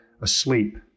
asleep